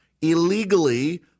illegally